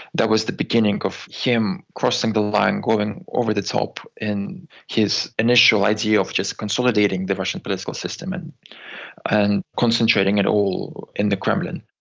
that was the beginning of him crossing the line, going over the top in his initial idea of just consolidating the russian political system and and concentrating it all in the kremlin.